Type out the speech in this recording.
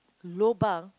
lobang